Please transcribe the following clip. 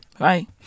Right